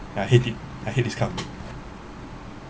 ya hate it I hate this kind of